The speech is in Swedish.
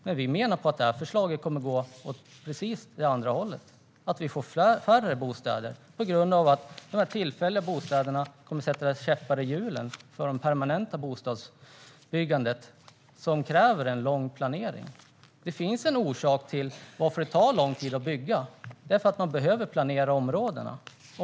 Men vi menar att detta förslag kommer att leda till att det går åt precis andra hållet, alltså att vi får färre bostäder på grund av att dessa tillfälliga bostäder kommer att sätta käppar i hjulen för det permanenta bostadsbyggandet, som kräver en lång planering. Det finns en orsak till att det tar lång tid att bygga, nämligen att man behöver planera områdena.